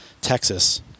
Texas